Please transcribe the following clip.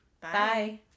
Bye